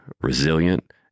resilient